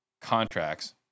contracts